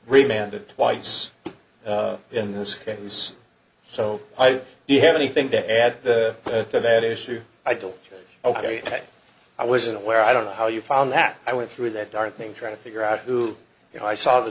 manda twice in this case so i think you have anything to add to that issue idle ok i wasn't aware i don't know how you found that i went through that darn thing trying to figure out who you know i saw the